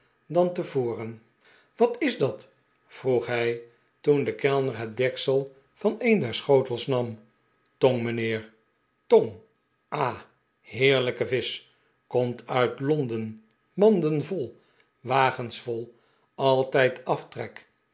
dan tevoren wat is dat vroeg hij toen de kellner het deksel van een der schotels nam tong mijnheer tongl ah heerlijke visch komt uit londen manden vol wagens vol altijd aftrek